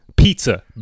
pizza